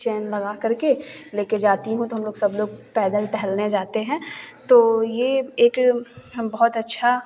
चैन लगाकर के लेके जाती हूँ तो हम लोग सब लोग पैदल टहलने जाते हैं तो ये एक हम बहुत अच्छा